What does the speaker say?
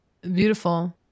Beautiful